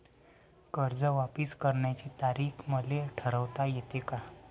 कर्ज वापिस करण्याची तारीख मले ठरवता येते का?